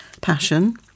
passion